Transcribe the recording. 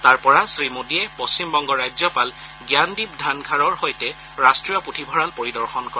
তাৰ পৰা শ্ৰীমোদীয়ে পশ্চিমবংগৰ ৰাজ্যপাল জ্ঞানদ্বীপ ধনখাৰৰ সৈতে ৰাষ্ট্ৰীয় পুথিভঁৰাল পৰিদৰ্শন কৰে